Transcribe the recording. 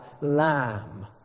lamb